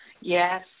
Yes